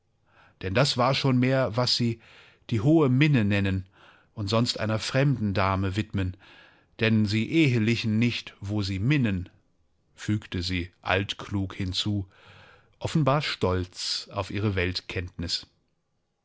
denn das war schon mehr was sie die hohe minne nennen und sonst einer fremden dame widmen denn sie ehelichen nicht wo sie minnen fügte sie altklug hinzu offenbar stolz auf ihre